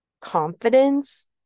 confidence